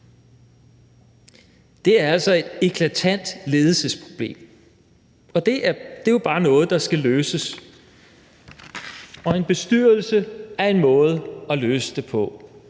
Det er altså et eklatant ledelsesproblem. Og det er jo bare noget, der skal løses, og en bestyrelse er en måde at løse det på.